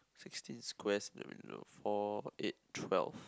sixteen squares four eight twelve